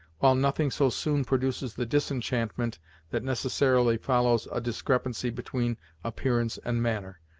while nothing so soon produces the disenchantment that necessarily follows a discrepancy between appearance and manner,